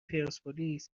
پرسپولیس